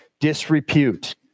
disrepute